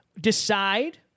Decide